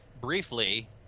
briefly